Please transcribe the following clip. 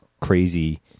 crazy